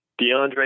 DeAndre